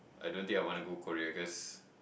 I don't think I wanna go Korea cause